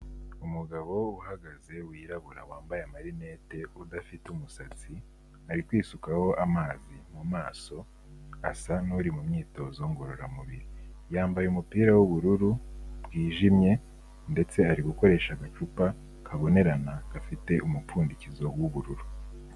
Umugabo uhagaze wirabura wambaye amarinete udafite umusatsi, ari kwisukaho amazi mu maso, asa nk'uri mu myitozo ngororamubiri, yambaye umupira w'ubururu bwijimye, ndetse ari gukoresha agacupa kabonerana gafite umupfundikizo w'ubururu.